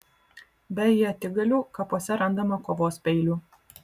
be ietigalių kapuose randama kovos peilių